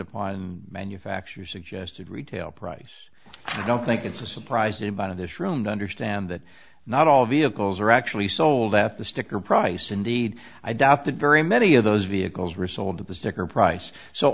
upon manufacturer suggested retail price i don't think it's a surprising amount of this room to understand that not all vehicles are actually sold at the sticker price indeed i doubt that very many of those vehicles were sold at the sticker price so